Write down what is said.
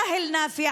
(אומרת דברים בשפה